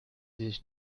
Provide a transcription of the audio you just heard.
sich